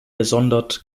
gesondert